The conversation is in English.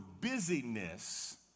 busyness